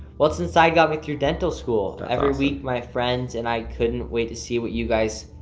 what's inside got me through dental school. every week my friends and i couldn't wait to see what you guys,